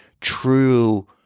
true